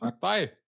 Bye